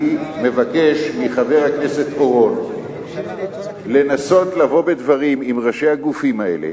אני מבקש מחבר הכנסת אורון לנסות לבוא בדברים עם ראשי הגופים האלה,